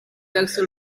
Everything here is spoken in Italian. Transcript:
verso